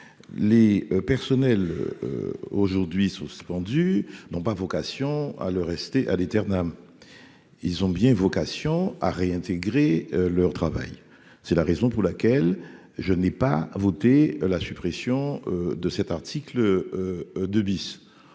les personnels aujourd'hui suspendu, n'ont pas vocation à le rester ad eternam. Ils ont bien vocation à réintégrer leur travail, c'est la raison pour laquelle je n'ai pas voté la suppression de cet article 2 bis,